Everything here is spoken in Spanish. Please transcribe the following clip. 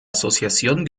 asociación